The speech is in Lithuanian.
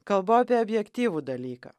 kalbu apie objektyvų dalyką